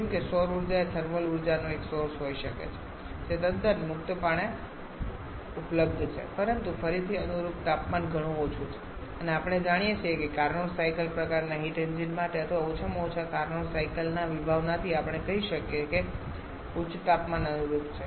જેમ કે સૌર ઉર્જા એ થર્મલ ઉર્જાનો એક સોર્સ હોઈ શકે છે જે તદ્દન મુક્તપણે ઉપલબ્ધ છે પરંતુ ફરીથી અનુરૂપ તાપમાન ઘણું ઓછું છે અને આપણે જાણીએ છીએ કે કાર્નોટ સાયકલ પ્રકારના હીટ એન્જિન માટે અથવા ઓછામાં ઓછા કાર્નોટ સાયકલની વિભાવનાથી આપણે કહી શકીએ કે ઉચ્ચ તાપમાન અનુરૂપ છે